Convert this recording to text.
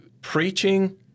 preaching—